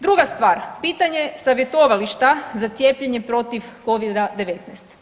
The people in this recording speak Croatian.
Druga stvar, pitanje savjetovališta za cijepljenje protiv Covida-19.